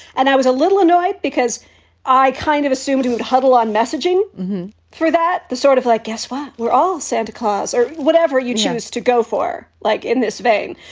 and i was a little annoyed because i kind of assumed he would huddle on messaging for that sort of like, guess why we're all santa claus or whatever you choose to go for, like in this vein.